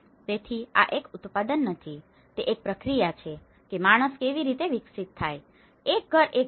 તેથી આ એક ઉત્પાદન નથી તે એક પ્રક્રિયા છે કે માણસ કેવી રીતે વિકસિત થાય છે એક ઘર એક ઘરમાં